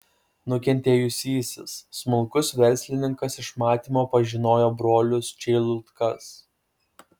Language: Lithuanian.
nukentėjusysis smulkus verslininkas iš matymo pažinojo brolius čeilutkas